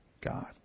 God